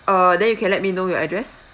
uh then you can let me know your address